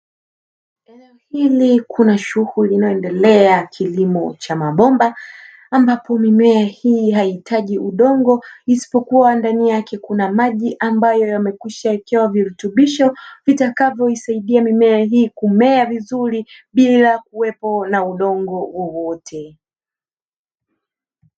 Eneo hill kuna shughuli inayoendelea ya kilimo cha mabomba, ambapo mimea hii haihitaji udongo isipokuwa ndani yake kuna maji ambayo yamekwishawekewa virutubisho, vitakavyoisaidia mimea hii kumea vizuri bila kuwepo na udongo wowote.